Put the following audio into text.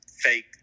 fake